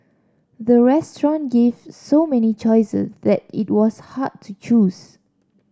the restaurant gave so many choice that it was hard to choose